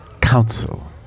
Council